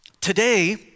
Today